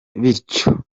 bityo